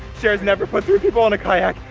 sharers, never put three people on a kayak,